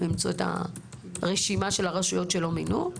למצוא את הרשימה של הרשויות שלא מינו,